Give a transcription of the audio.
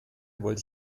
wollte